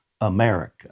America